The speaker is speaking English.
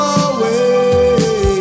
away